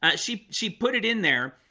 ah she she put it in there,